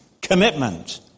commitment